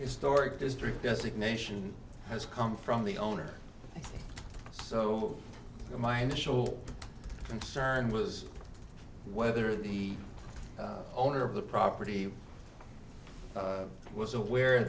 historic district designation has come from the owner so my initial concern was whether the owner of the property was aware